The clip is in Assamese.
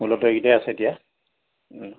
মূলতঃ এইকেইটাই আছে এতিয়া